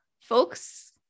folks